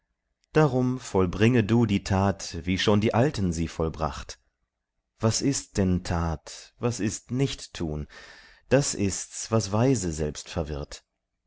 darum vollbringe du die tat wie schon die alten sie vollbracht was ist denn tat was ist nichttun das ist's was weise selbst verwirrt